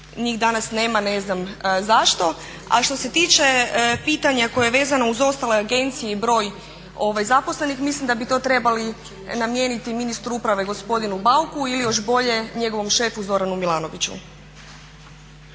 njih danas nema, ne znam zašto. A što se tiče pitanja koje je vezano uz ostale agencije i broj zaposlenih mislim da bi to trebali namijeniti ministru uprave gospodinu Bauku ili još bolje njegovom šefu Zoranu Milanoviću.